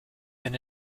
than